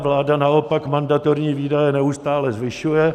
Vláda naopak mandatorní výdaje neustále zvyšuje.